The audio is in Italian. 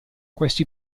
questi